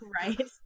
Right